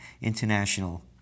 International